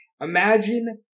Imagine